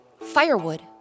Firewood